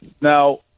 Now